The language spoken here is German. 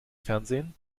fernsehen